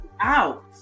out